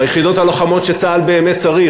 ביחידות הלוחמות שצה"ל באמת צריך,